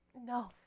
No